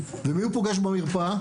ואת מי הוא פוגש במרפאה?